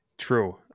true